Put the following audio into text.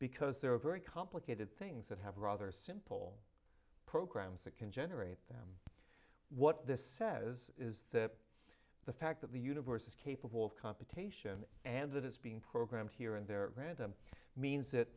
are very complicated things that have rather simple programs that can generate them what this says is that the fact that the universe is capable of computation and that it's being programmed here and there random means that